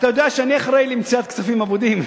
אתה יודע שאני אחראי למציאת כספים אבודים.